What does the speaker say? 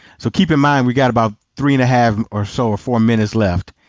so keep in mind we've got about three and a half or so or four minutes left.